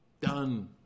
Done